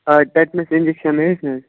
آ tetanus injection ٲسۍ نہَ حظ